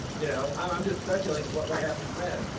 you know i'm i'm just speculating what what happens then.